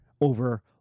over